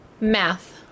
Math